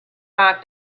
five